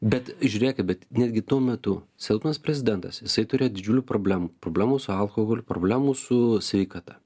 bet žiūrėkit bet netgi tuo metu silpnas prezidentas jisai turėjo didžiulių problemų problemų su alkoholiu problemų su sveikata